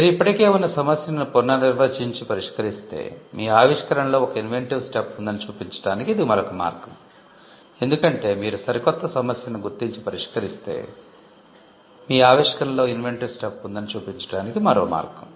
మీరు ఇప్పటికే ఉన్న సమస్యను పునర్నిర్వచించి పరిష్కరిస్తే మీ ఆవిష్కరణలో ఒక ఇన్వెంటివ్ స్టెప్ ఉందని చూపించడానికి మరో మార్గం